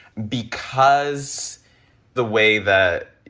because the way that,